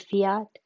fiat